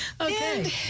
Okay